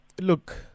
Look